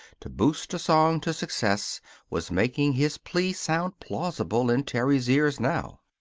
to boost a song to success was making his plea sound plausible in terry's ears now.